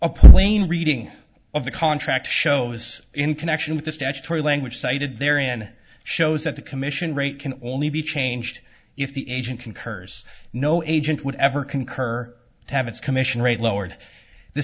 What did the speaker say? a plain reading of the contract shows in connection with the statutory language cited there and shows that the commission rate can only be changed if the agent concurs no agent would ever concur to have its commission rate lowered the